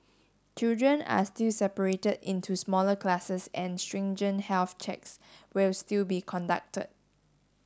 children are still separated into smaller classes and stringent health checks will still be conducted